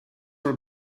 were